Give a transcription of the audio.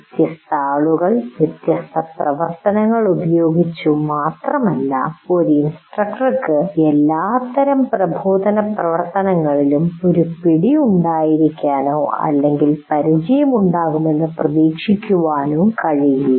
വ്യത്യസ്തആളുകൾ വ്യത്യസ്തപ്രവർത്തനങ്ങൾ ഉപയോഗിച്ചു മാത്രമല്ല ഒരു ഇൻസ്ട്രക്ടർക്ക് എല്ലാത്തരം പ്രബോധന പ്രവർത്തനങ്ങളിലും ഒരു പിടി ഉണ്ടായിരിക്കാനോ അല്ലെങ്കിൽ പരിചയമുണ്ടാകുമെന്ന് പ്രതീക്ഷിക്കാനോ കഴിയില്ല